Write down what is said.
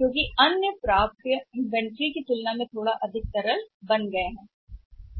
क्योंकि अन्य प्राप्य सूची के लिए तुलना में थोड़ा अधिक तरल बन गए हैं